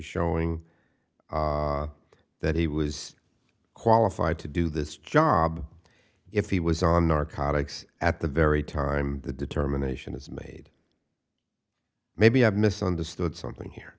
showing that he was qualified to do this job if he was on narcotics at the very time the determination is made maybe i've misunderstood something here